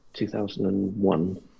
2001